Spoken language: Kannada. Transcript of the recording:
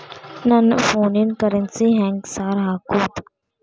ನನ್ ಫೋನಿಗೆ ಕರೆನ್ಸಿ ಹೆಂಗ್ ಸಾರ್ ಹಾಕೋದ್?